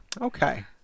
Okay